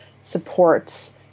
supports